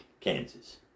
Kansas